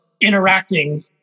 interacting